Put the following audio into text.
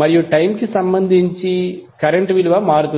మరియు టైమ్ కి సంబంధించి కరెంట్ విలువ మారుతుంది